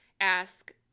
ask